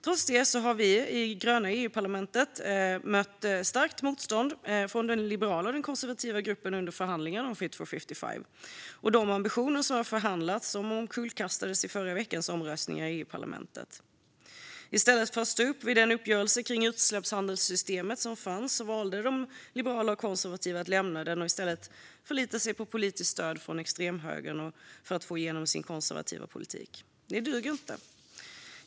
Trots det har vi gröna i EU-parlamentet mött starkt motstånd från den liberala och den konservativa gruppen under förhandlingarna om Fit for 55. De ambitioner som förhandlats fram omkullkastades i förra veckans omröstningar i EU-parlamentet. I stället för att stå upp för den uppgörelse om utsläppshandelssystemet som fanns valde de liberala och de konservativa att lämna den och förlita sig på politiskt stöd från extremhögern för att få igenom sin konservativa politik. Det duger inte.